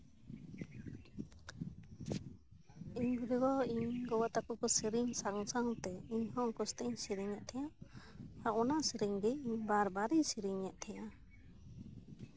ᱤᱧ ᱵᱩᱰᱤᱜᱚ ᱤᱧ ᱜᱚᱜᱚ ᱛᱟᱠᱚ ᱠᱚ ᱥᱮᱹᱨᱮᱹᱧ ᱥᱟᱝ ᱥᱟᱝᱛᱮ ᱤᱧᱦᱚᱸ ᱩᱱᱠᱩ ᱥᱟᱶᱛᱮᱧ ᱥᱮᱹᱨᱮᱹᱧ ᱮᱫ ᱛᱟᱦᱮᱱ ᱟᱨ ᱚᱱᱟ ᱥᱮᱹᱨᱮᱹᱧ ᱜᱮ ᱵᱟᱨ ᱵᱟᱨ ᱤᱧ ᱥᱮᱹᱨᱮᱹᱧ ᱮᱫ ᱛᱟᱦᱮᱱᱟ